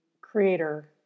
creator